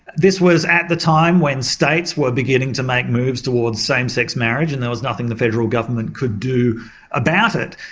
this was at the time when states were beginning to make moves towards same-sex marriage, and there was nothing the federal government could do about it.